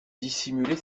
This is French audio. dissimuler